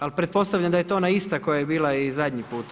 Ali pretpostavljam da je to ona ista koja je bila i zadnji puta?